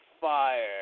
fire